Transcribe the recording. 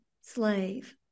slave